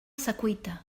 secuita